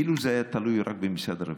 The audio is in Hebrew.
אילו זה היה תלוי רק במשרד הרווחה,